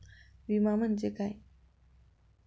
विमा म्हणजे काय?